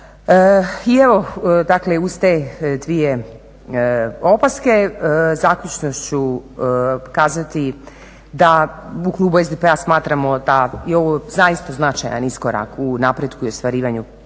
tamo. Dakle uz te dvije opaske zaključno ću kazati da u klubu SDP-a smatramo da je ovo zaista značajan iskorak u napretku i ostvarivanju prava